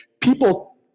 people